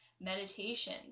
Meditation